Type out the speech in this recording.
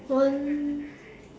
one